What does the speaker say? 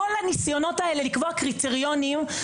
שהילדות האלה בחדר,